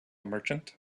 merchant